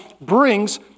brings